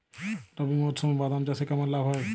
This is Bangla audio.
রবি মরশুমে বাদাম চাষে কেমন লাভ হয়?